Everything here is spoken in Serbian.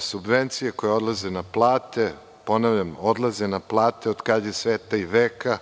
subvencije koje odlaze na plate, itd. Ponavljam, odlaze na plate od kad je sveta i veka,